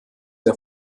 der